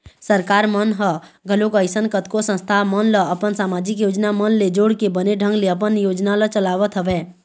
सरकार मन ह घलोक अइसन कतको संस्था मन ल अपन समाजिक योजना मन ले जोड़के बने ढंग ले अपन योजना ल चलावत हवय